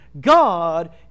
God